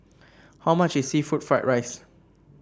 how much is seafood Fried Rice